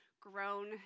grown